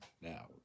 Now